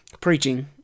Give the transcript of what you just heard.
preaching